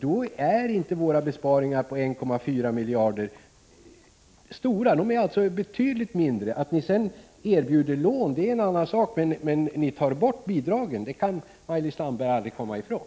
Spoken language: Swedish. Då är inte våra besparingar på 1,4 miljarder stora — de är betydligt mindre. Att ni sedan erbjuder lån är en annan sak. Att ni tar bort bidragen kan ni inte komma ifrån.